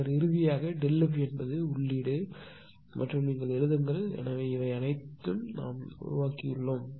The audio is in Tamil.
பின்னர் இறுதியாக Δf என்பது உள்ளீடு மற்றும் நீங்கள் எழுதுங்கள் எனவே இவை அனைத்தையும் நாம் உருவாக்கியுள்ளோம்